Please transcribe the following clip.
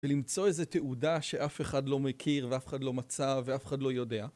ולמצוא איזו תעודה שאף אחד לא מכיר ואף אחד לא מצא ואף אחד לא יודע.